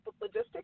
logistics